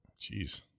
Jeez